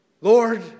Lord